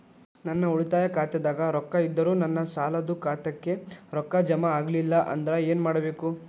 ನನ್ನ ಉಳಿತಾಯ ಖಾತಾದಾಗ ರೊಕ್ಕ ಇದ್ದರೂ ನನ್ನ ಸಾಲದು ಖಾತೆಕ್ಕ ರೊಕ್ಕ ಜಮ ಆಗ್ಲಿಲ್ಲ ಅಂದ್ರ ಏನು ಮಾಡಬೇಕು?